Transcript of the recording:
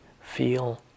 feel